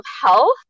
health